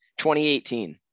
2018